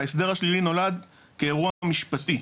ההסדר השלילי נולד כאירוע משפטי,